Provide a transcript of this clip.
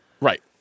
Right